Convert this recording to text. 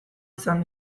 izan